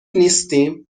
نیستیم